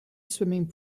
swimming